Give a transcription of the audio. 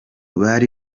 bari